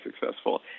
successful